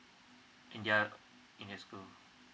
in their in their school